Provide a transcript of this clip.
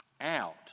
out